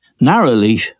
narrowly